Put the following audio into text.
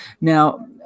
Now